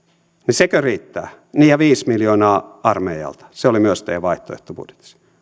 sekö riittää niin ja viisi miljoonaa armeijalta se oli myös teidän vaihtoehtobudjetissanne